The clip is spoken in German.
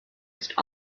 ist